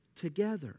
together